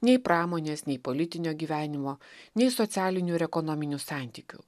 nei pramonės nei politinio gyvenimo nei socialinių ir ekonominių santykių